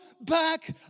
back